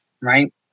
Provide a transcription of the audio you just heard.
Right